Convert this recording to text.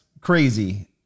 crazy